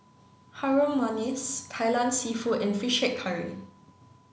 Harum Manis Kai Lan seafood and fish head curry